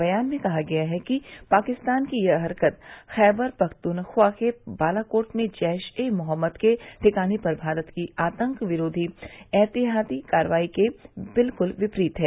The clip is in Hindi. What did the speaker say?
बयान में कहा गया है कि पाकिस्तान की यह हरकत खैबर पख्तुनख्वा के बालाकोट में जैश ए मोहम्मद के ठिकाने पर भारत की आतंकरोघी एहतियाती कार्रवाई के बिलक्ल विपरीत है